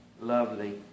lovely